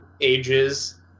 ages